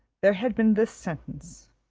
there had been this sentence